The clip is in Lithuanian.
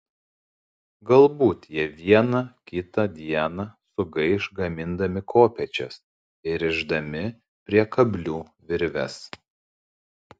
galbūt jie vieną kitą dieną sugaiš gamindami kopėčias ir rišdami prie kablių virves